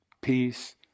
peace